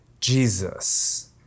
Jesus